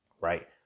Right